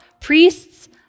priests